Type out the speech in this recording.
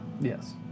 Yes